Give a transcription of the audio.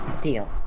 Deal